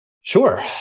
Sure